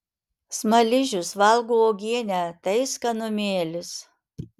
smaližius valgo uogienę tai skanumėlis